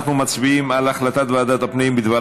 אנחנו מצביעים על החלטת ועדת הפנים בדבר